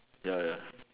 ya ya